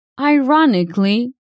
Ironically